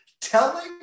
telling